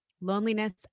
loneliness